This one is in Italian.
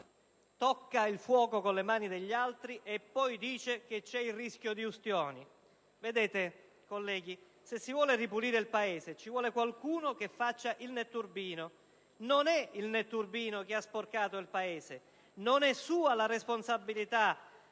tocca il fuoco con le mani degli altri e poi dice che c'è il rischio di ustioni. Vedete, colleghi, se si vuole ripulire il Paese, ci vuole qualcuno che faccia il netturbino. Non è il netturbino che ha sporcato il Paese, non è sua la responsabilità,